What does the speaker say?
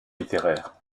littéraires